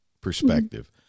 perspective